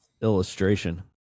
illustration